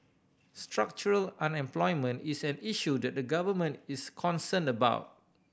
structural unemployment is an issue that the Government is concerned about